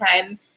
time